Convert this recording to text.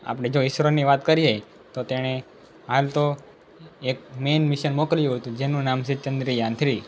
આપણે જો ઈસરોની વાત કરીએ તો તેણે હાલ તો એક મેન મિશન મોકલ્યું હતું જેનું નામ છે ચંદ્રયાન થ્રી